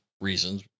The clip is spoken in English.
reasons